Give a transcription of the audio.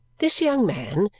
this young man,